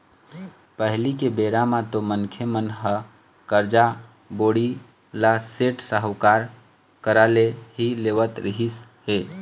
पहिली के बेरा म तो मनखे मन ह करजा, बोड़ी ल सेठ, साहूकार करा ले ही लेवत रिहिस हे